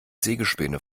sägespäne